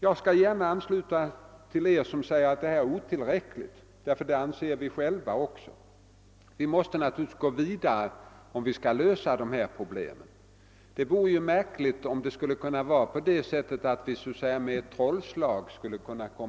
Jag skall gärna ansluta mig till dem som anser åtgärderna vara otillräckliga. Vi har själva denna uppfattning. Vi måste naturligtvis gå vidare om vi skall kunna lösa dessa problem; det vore märkligt om vi kunde komma ifrån dem med ett enda trollslag.